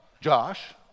Josh